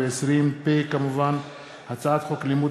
מקלב, מרב מיכאלי,